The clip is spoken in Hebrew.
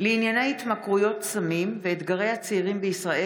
ירדנה מלר-הורוביץ: 4 דברי יושב-ראש הכנסת 4 היו"ר מיקי